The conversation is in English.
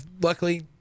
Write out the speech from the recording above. Luckily